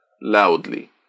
loudly